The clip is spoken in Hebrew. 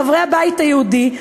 חברי הבית היהודי,